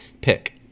pick